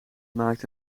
maakte